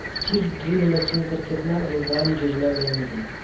Seed drill machine पर केतना अनुदान योजना में मिली?